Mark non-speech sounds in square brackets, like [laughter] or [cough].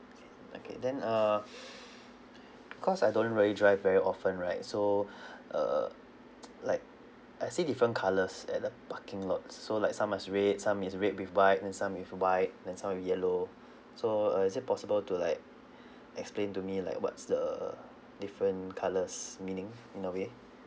okay okay then uh [breath] because I don't really drive very often right so err [noise] like I see different colours at the parking lot so like some is red some is red with white and some with white then some with yellow so uh is it possible to like explain to me like what's the different colours meaning in a way